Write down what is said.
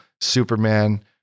Superman